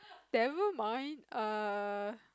never mind err